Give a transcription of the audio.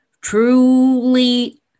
truly